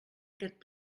aquest